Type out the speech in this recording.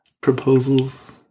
Proposals